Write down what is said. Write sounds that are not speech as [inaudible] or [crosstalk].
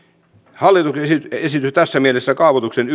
hallituksen esitys tässä mielessä kaavoituksen [unintelligible]